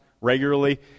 regularly